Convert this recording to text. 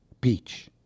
beach